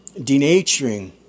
denaturing